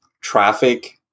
traffic